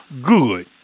good